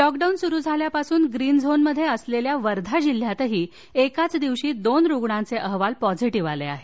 lockdown सुरू झाल्यापासून green झोनमध्ये असलेल्या वर्धा जिल्ह्यातही एकाच दिवशी दोन रुग्णांचे अहवाल पॉझिटिव्ह आले आहेत